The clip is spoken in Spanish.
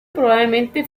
probablemente